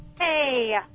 Hey